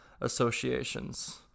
associations